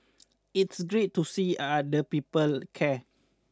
it's great to see are other people care